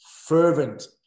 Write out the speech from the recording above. fervent